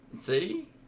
See